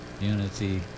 unity